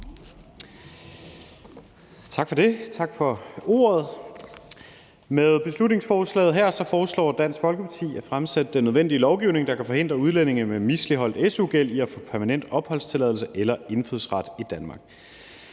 Sand Kjær (S): Tak for ordet. Med beslutningsforslaget her foreslår Dansk Folkeparti, at der fremsættes den nødvendige lovgivning, der kan forhindre udlændinge med misligholdt su-gæld i at få permanent opholdstilladelse eller indfødsret i Danmark.